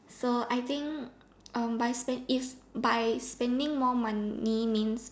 so I think um by spend if by spending more money means